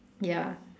ya